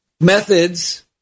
methods